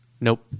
Nope